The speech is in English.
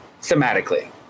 Thematically